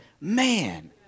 man